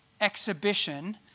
exhibition